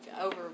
over